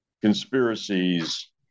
conspiracies